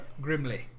Grimly